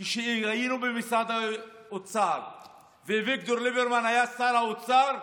כשהיינו במשרד האוצר ואביגדור ליברמן היה שר האוצר,